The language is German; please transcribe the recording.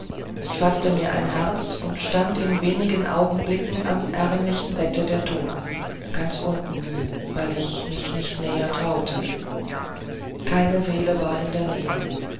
ich fafte mir ein herz und stand in wenig augenblicken am ärmlichen bette der toten ganz unten weil ich mich nicht näher traute keine seele war in der nähe